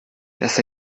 das